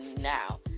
now